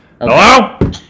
Hello